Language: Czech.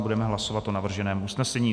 Budeme hlasovat o navrženém usnesení.